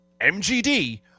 MGD